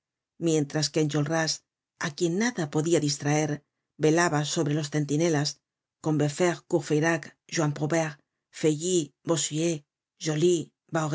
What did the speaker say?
mientras que enjolras á quien nada podia distraer velaba sobre los centinelas combeferre courfeyrac juan provaire feuilly bossuet joly